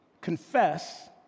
confess